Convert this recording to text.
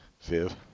Viv